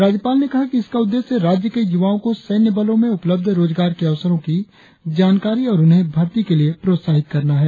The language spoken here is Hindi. राज्यपाल ने कहा कि इसका उद्देश्य राज्य के युवाओं को सैन्य बलों में उपलब्ध रोजगार के अवसरों की जानकारी और उन्हें भर्ती के लिए प्रोत्साहित करना है